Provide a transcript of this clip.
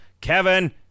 Kevin